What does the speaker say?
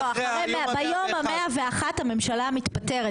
ביום ה- 101 הממשלה מתפטרת,